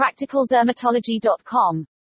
practicaldermatology.com